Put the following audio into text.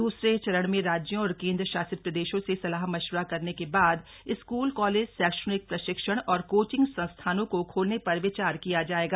दूसरे चरण में राज्यों और केंद्र शासित प्रदेशों से सलाह मशविरा करने के बाद स्कूल कॉलेज शैक्षिक प्रशिक्षण और कोचिंग संस्थानों को खोलने पर विचार किया जाएगा